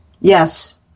Yes